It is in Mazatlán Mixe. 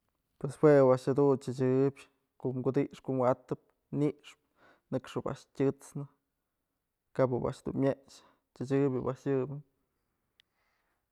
Pues jue ob a'ax jedun t'sechëbyë kom kudix ko'o wa'atëp nixpë nëkxë ob a'x tyësnë y kap ob a'ax dun myëx t'sechëbyë ob a'ax yëbë.